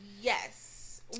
Yes